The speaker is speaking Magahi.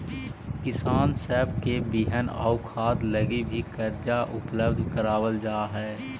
किसान सब के बिहन आउ खाद लागी भी कर्जा उपलब्ध कराबल जा हई